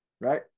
right